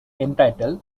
entitled